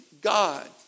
God